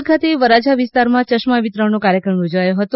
સુરત ખાતે વરાછા વિસ્તારમાં યશ્મા વિતરણનો કાર્યક્રમ યોજાયો હતો